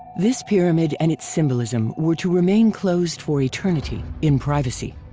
this pyramid and its symbolism were to remain closed for eternity, in privacy.